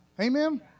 Amen